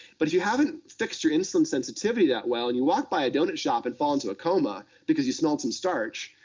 but if you haven't fixed your insulin sensitivity that well, and you walk by a donut shop, and fall into a coma because you smelled some starch,